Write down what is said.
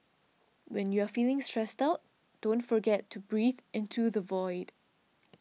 when you are feeling stressed out don't forget to breathe into the void